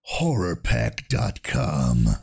horrorpack.com